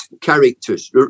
characters